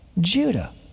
Judah